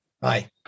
Bye